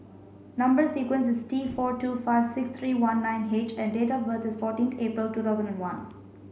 number sequence is T four two five six three one nine H and date of birth is fourteen April two thousand and one